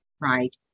right